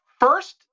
first